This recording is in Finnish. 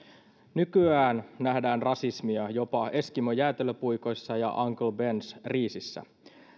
nykyään nähdään rasismia jopa eskimo jäätelöpuikoissa ja uncle bens riisissä